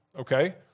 okay